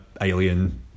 alien